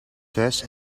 thuis